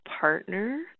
partner